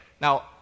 Now